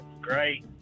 Great